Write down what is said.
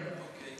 אוקיי.